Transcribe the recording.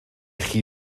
chi